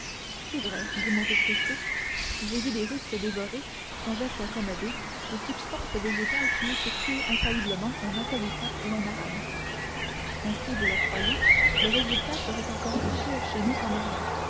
c'est vrai dit monte cristo j'ai vu des russes dévorer sans être incommodés des substances végétales qui eussent tué infailliblement un napolitain ou un arabe ainsi vous le croyez le résultat serait encore plus sûr chez nous qu'en orient